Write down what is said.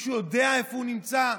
מישהו יודע איפה הוא נמצא?